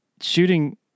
shooting